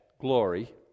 glory